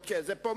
הכיסא הריק שלו,